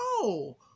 no